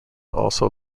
also